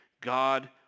God